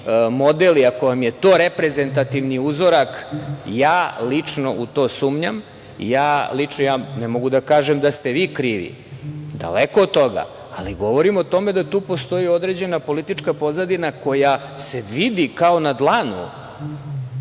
model i ako vam je to reprezentativni uzorak, ja lično u to sumnjam. Ne mogu da kažem da ste vi krivi, daleko od toga, ali govorim o tome da tu postoji određena politička pozadina koja se vidi kao na dlanu